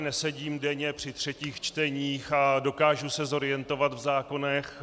Nesedím tu denně při třetích čteních, ale dokážu se zorientovat v zákonech.